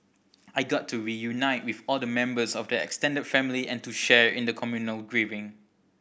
I got to reunite with all the members of the extended family and to share in the communal grieving